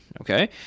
Okay